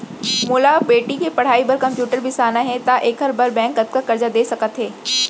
मोला बेटी के पढ़ई बार कम्प्यूटर बिसाना हे त का एखर बर बैंक कतका करजा दे सकत हे?